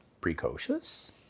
precocious